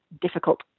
difficult